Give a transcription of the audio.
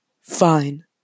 fine